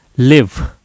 live